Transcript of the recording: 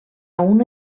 una